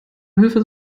hilfe